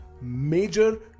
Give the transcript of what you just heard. major